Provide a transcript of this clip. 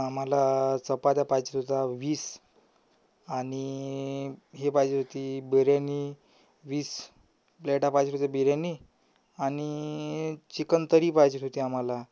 आम्हाला चपात्या पाहिजे होत्या वीस आणि हे पाहिजे होती बिर्याणी वीस प्लेटा पाहिजे होत्या बिर्याणी आणि चिकन करी पाहिजे होती आम्हाला